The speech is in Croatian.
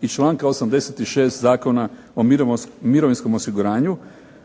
i članka 86. Zakona o mirovinskom osiguranju,